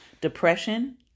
Depression